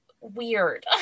weird